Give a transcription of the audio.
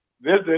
visit